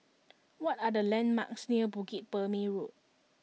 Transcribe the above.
what are the landmarks near Bukit Purmei Road